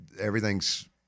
everything's